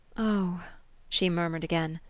oh she murmured again.